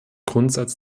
grundsatz